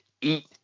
eat